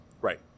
Right